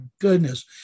goodness